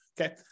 Okay